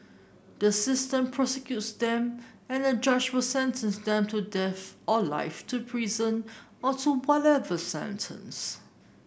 the system prosecutes them and a judge will sentence them to death or life to prison or to whatever sentence